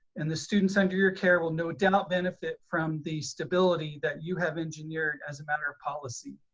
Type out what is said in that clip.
and the students under your care will no doubt benefit from the stability that you have engineered as a matter of policy.